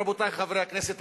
רבותי חברי הכנסת,